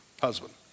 husband